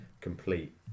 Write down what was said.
complete